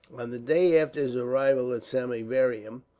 on the day after his arrival at samieaveram,